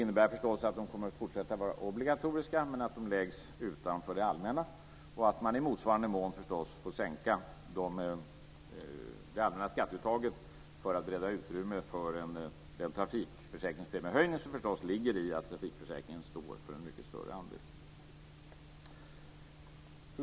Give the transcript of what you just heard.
Det innebär förstås att de kommer att fortsätta att vara obligatoriska, men att de läggs utanför det allmänna och att man i motsvarande mån förstås får sänka det allmänna skatteuttaget för att bereda utrymme för den trafikförsäkringspremiehöjning som förstås ligger i att trafikförsäkringen står för en mycket större andel.